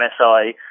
MSI